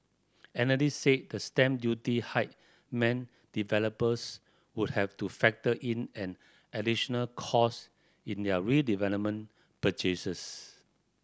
analysts said the stamp duty hike meant developers would have to factor in an additional cost in their redevelopment purchases